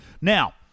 Now